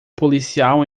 policial